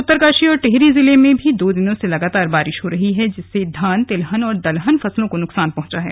उत्तरकाशी और टिहरी जिले में भी दो दिनों से लगातार बारिश हो रही है जिससे धान तिलहन और दलहन फसलों को नुकसान हुआ है